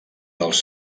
dels